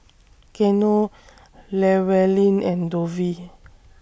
Geno Llewellyn and Dovie